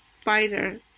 spider